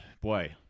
Boy